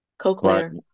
cochlear